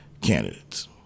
candidates